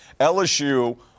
LSU